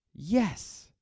Yes